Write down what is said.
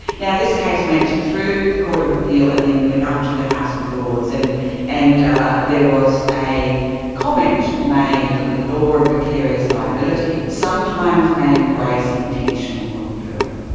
now, this case went through the court of appeal and then went up to the house of lords, and and there was a comment made that the law of vicarious liability sometimes may embrace intentional wrongdoing.